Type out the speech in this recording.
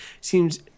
seems